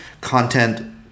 content